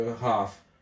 half